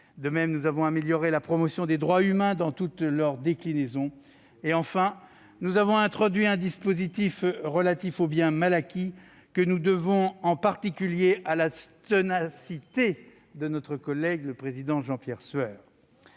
De même, nous avons amélioré la promotion des droits humains dans toutes leurs déclinaisons. Enfin, nous avons introduit un dispositif relatif aux biens mal acquis que nous devons en particulier à la ténacité de notre collègue Jean-Pierre Sueur.